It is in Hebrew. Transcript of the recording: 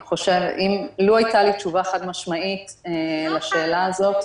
לו הייתה לי תשובה חד-משמעית לשאלה הזאת,